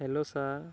hello sir